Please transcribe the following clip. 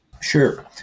Sure